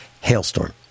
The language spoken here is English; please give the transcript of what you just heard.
hailstorm